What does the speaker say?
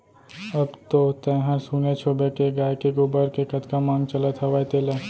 अब तो तैंहर सुनेच होबे के गाय के गोबर के कतका मांग चलत हवय तेला